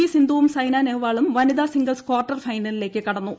V സിന്ധുവും സൈനാ നെഹ്വാളും വനിതാ സിംഗിൾസ് ക്വാർട്ടർ കൈനലിലേക്ക് കടന്നു